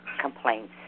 complaints